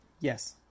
Yes